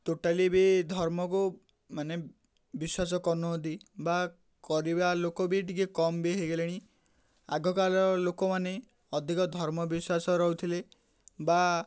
totally ବି ଧର୍ମକୁ ମାନେ ବିଶ୍ୱାସ କରୁନାହାନ୍ତି ବା କରିବା ଲୋକ ବି ଟିକେ କମ୍ ବି ହେଇଗଲେଣି ଆଗକାଳ ଲୋକମାନେ ଅଧିକ ଧର୍ମ ବିଶ୍ୱାସ ରହୁଥିଲେ ବା